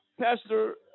Pastor